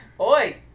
Oi